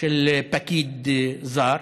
של פקיד זר,